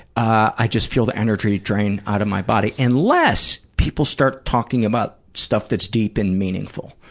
i just feel the energy drain out of my body, unless people start talking about stuff that's deep and meaningful.